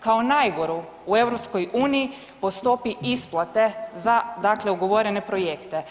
kao najgoru u EU po stopi isplate za, dakle ugovorene projekte.